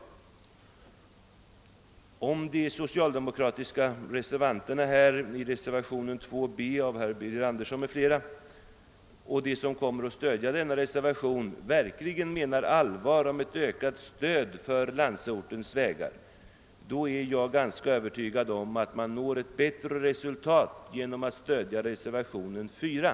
Om de socialdemokrater som står bakom reservationen 2 b av herr Birger Andersson m.fl. och de som kommer att stödja denna reservation verkligen menar allvar med sitt krav på ökat stöd till landsortens vägar, vill jag säga att jag är övertygad om att de når ett bättre resultat genom att stödja reservationen 4.